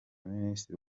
minisitiri